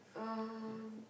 um